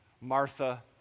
Martha